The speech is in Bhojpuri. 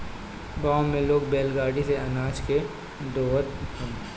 गांव में लोग बैलगाड़ी से अनाज के ढोअत हवे